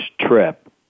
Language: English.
trip